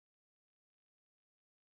okay on the left hand corner